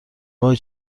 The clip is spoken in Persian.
وای